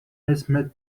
اسمت